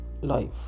life